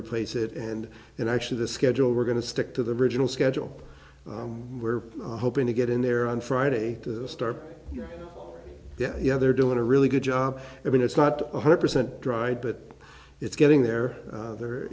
replace it and then actually the schedule we're going to stick to the original schedule we're hoping to get in there on friday to start yeah yeah yeah they're doing a really good job i mean it's not one hundred percent dried but it's getting there the